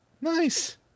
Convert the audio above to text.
Nice